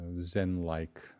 Zen-like